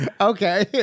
Okay